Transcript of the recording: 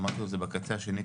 אמרתי לו 'זה בקצה השני,